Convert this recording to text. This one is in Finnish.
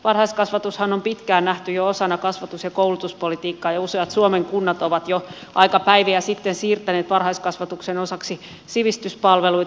varhaiskasvatushan on pitkään nähty jo osana kasvatus ja koulutuspolitiikkaa ja useat suomen kunnat ovat jo aika päiviä sitten siirtäneet varhaiskasvatuksen osaksi sivistyspalveluita